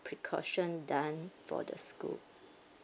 precaution done for the school